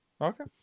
Okay